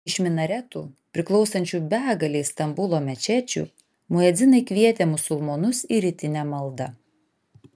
iš minaretų priklausančių begalei stambulo mečečių muedzinai kvietė musulmonus į rytinę maldą